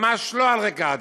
ממש לא על רקע עדתי,